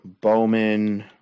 Bowman